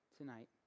tonight